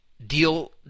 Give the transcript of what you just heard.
deal